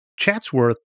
chatsworth